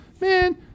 man